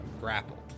Grappled